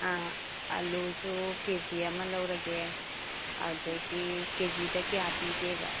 ꯑꯥ ꯑꯂꯨꯁꯨ ꯀꯦꯖꯤ ꯑꯃ ꯂꯧꯔꯒꯦ ꯑꯗꯒꯤ ꯀꯦꯖꯤꯗ ꯀꯌꯥ ꯄꯤꯕꯒꯦꯕ